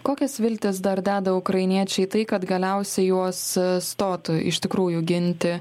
kokias viltis dar deda ukrainiečiai tai kad galiausiai juos stotų iš tikrųjų ginti